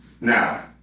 Now